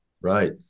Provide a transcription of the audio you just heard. Right